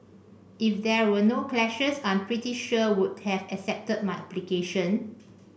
if there were no clashes I'm pretty sure would have accepted my application